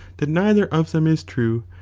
that neither of them is true,